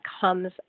comes